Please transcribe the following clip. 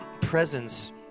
presence